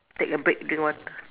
take a break drink water